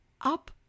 Up